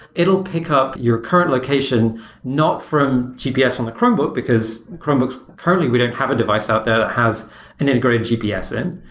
it will pick up your current location not from gps on the chromebook, because chromebooks, currently we don't have a device out there that has an integrated gps in.